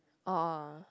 oh